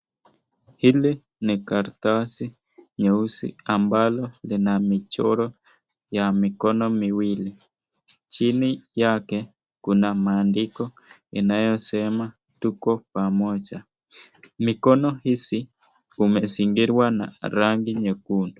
Hili ni karatasi nyeusi ambalo lina michoro ya mikono miwili. Chini yake kuna maandiko inayosema: Tuko Pamoja. Mikono hizi umezingirwa na rangi nyekundu.